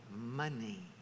money